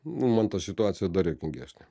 nu man ta situacija dar juokingesnė